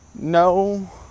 No